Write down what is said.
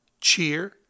cheer